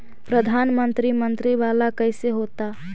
प्रधानमंत्री मंत्री वाला कैसे होता?